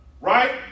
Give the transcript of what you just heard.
Right